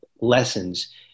lessons